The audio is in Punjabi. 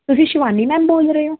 ਤੁਸੀਂ ਸ਼ਿਵਾਨੀ ਮੈਮ ਬੋਲ ਰਹੇ ਹੋ